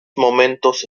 momentos